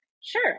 Sure